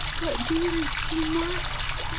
but, dearest, you must.